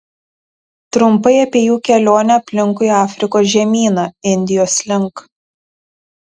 trumpai apie jų kelionę aplinkui afrikos žemyną indijos link